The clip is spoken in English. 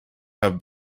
have